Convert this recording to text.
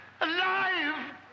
Alive